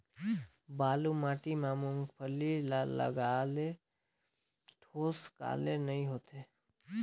बालू माटी मा मुंगफली ला लगाले ठोस काले नइ होथे?